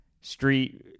street